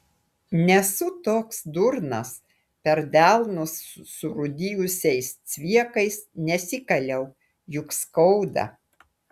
nesu toks durnas per delnus surūdijusiais cviekais nesikaliau juk skauda